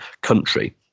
country